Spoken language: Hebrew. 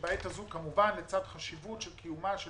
שצריך לשמור על